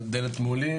דלת מולי,